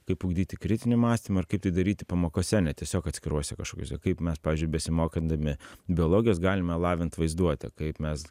kaip ugdyti kritinį mąstymą ir kaip tai daryti pamokose ne tiesiog atskiruose kažkokiuose kaip mes pavyzdžiui besimokydami biologijos galime lavint vaizduotę kaip mes